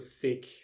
thick